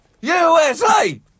USA